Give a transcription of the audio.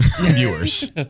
viewers